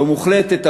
לא מוחלטת,